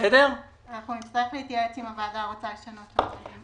אנחנו נצטרך להתייעץ אם הוועדה רוצה לשנות את התאריך.